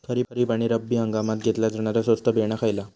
खरीप आणि रब्बी हंगामात घेतला जाणारा स्वस्त बियाणा खयला?